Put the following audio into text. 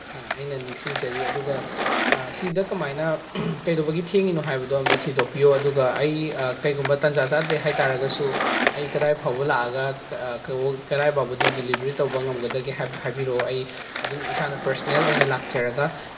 ꯑꯩꯅ ꯅꯤꯡꯁꯤꯡꯖꯔꯤ ꯑꯗꯨꯒ ꯁꯤꯗ ꯀꯃꯥꯏꯅ ꯀꯩꯗꯧꯕꯒꯤ ꯊꯦꯡꯉꯤꯅꯣ ꯍꯥꯏꯕꯗꯣ ꯑꯝꯇ ꯊꯤꯗꯣꯛꯄꯤꯌꯣ ꯑꯗꯨꯒ ꯑꯩ ꯀꯩꯒꯨꯝꯕ ꯇꯟꯖꯥ ꯆꯥꯗ꯭ꯔꯦ ꯍꯥꯏ ꯇꯥꯔꯒꯁꯨ ꯑꯩ ꯀꯗꯥꯏ ꯐꯥꯎꯕ ꯂꯥꯛꯑꯒ ꯀꯗꯥꯏꯐꯥꯎꯕꯗꯤ ꯗꯤꯂꯤꯕꯔꯤ ꯇꯧꯕ ꯉꯝꯒꯗꯒꯦ ꯍꯥꯏꯕꯗꯣ ꯍꯥꯏꯕꯤꯔꯛꯑꯣ ꯑꯩ ꯑꯗꯨꯝ ꯏꯁꯥꯅ ꯄꯥꯔꯁꯅꯦꯜ ꯑꯣꯏꯅ ꯂꯥꯛꯆꯔꯒ